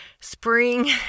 Spring